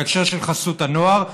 בהקשר של חסות הנוער,